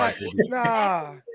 Nah